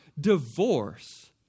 divorce